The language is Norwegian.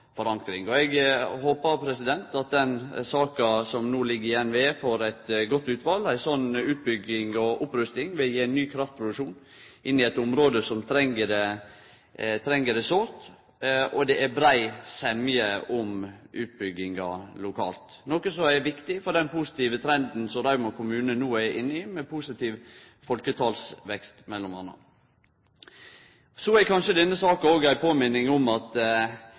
forankring. Og eg håpar at den saka som no ligg i NVE, får eit godt utfall. Ei sånn utbygging og opprusting vil gje ny kraftproduksjon inn i eit område som treng det sårt. Og det er brei semje om utbygginga lokalt, noko som er viktig for den positive trenden Rauma kommune no er inne i, med positiv folketalsvekst m.a. Så er kanskje denne saka òg ei påminning om, spesielt for partiet Høgre, at